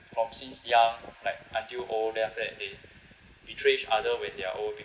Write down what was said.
from since young like until old then after that they betray each other when they're old